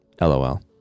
LOL